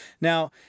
Now